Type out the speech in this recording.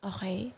Okay